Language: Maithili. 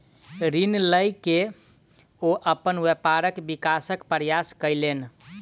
ऋण लय के ओ अपन व्यापारक विकासक प्रयास कयलैन